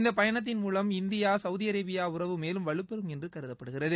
இந்த பயணத்தின் மூலம் இந்தியா சவுதி அரேபியா உறவு மேலும் வலுப்பெறும் என்று கருதப்படுகிறது